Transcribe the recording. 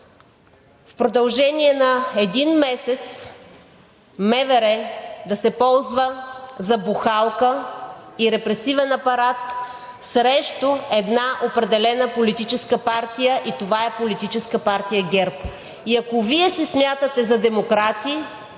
в продължение на един месец МВР да се ползва за бухалка и репресивен апарат срещу една определена политическа партия, и това е Политическа партия ГЕРБ. И ако Вие се смятате за демократи,